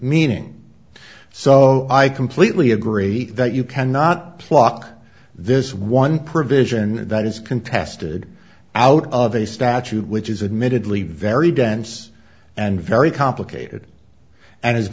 meaning so i completely agree that you cannot pluck this one provision that is contested out of a statute which is admittedly very dense and very complicated and